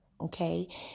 okay